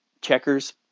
checkers